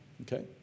Okay